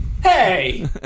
Hey